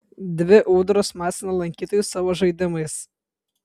dvi ūdros masina lankytojus savo žaidimais